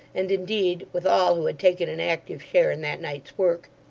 and indeed with all who had taken an active share in that night's work,